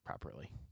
properly